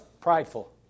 Prideful